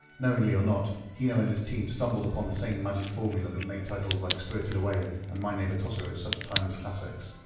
knowingly or not, hino and his team stumbled upon the same magic formula that made titles like spirited away and my neighbor totoro such timeless classics.